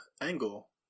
Angle